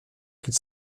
qu’il